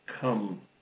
come